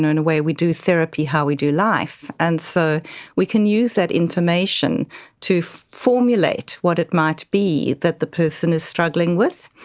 in a way we do therapy how we do life. and so we can use that information to formulate what it might be that the person is struggling with.